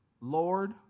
lord